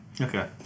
Okay